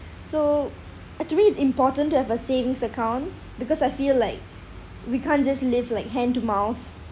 so actually it's important to have a savings account because I feel like we can't just live like hand to mouth